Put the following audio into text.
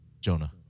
Jonah